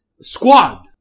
squad